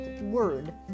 word